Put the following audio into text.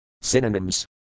Synonyms